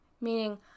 meaning